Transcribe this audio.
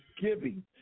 giving